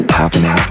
happening